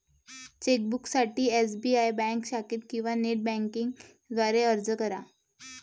चेकबुकसाठी SBI bank शाखेत किंवा नेट बँकिंग द्वारे अर्ज करा